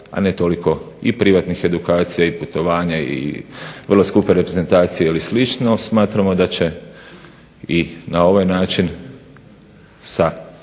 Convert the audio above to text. a toliko i privatnih edukacija i putovanja i vrlo skupe reprezentacije ili sl. Smatramo da će i na ovaj način i